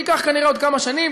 זה ייקח כנראה עוד כמה שנים.